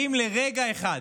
כי אם לרגע אחד,